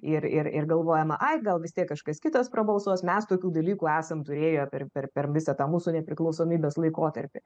ir ir ir galvojama ai gal vis tiek kažkas kitas prabalsuos mes tokių dalykų esam turėję per per per visą tą mūsų nepriklausomybės laikotarpį